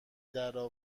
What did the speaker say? درا